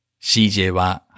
CJは、